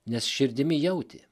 nes širdimi jautė